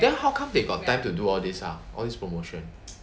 then how come they got time to do all this ah all these promotion